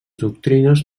doctrines